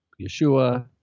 Yeshua